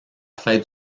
fête